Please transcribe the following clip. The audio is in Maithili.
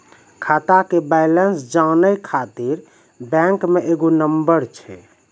खाता के बैलेंस जानै ख़ातिर बैंक मे एगो नंबर छै?